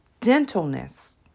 gentleness